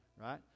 right